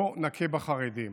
בואו נכה בחרדים.